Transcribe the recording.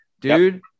dude